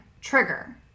Trigger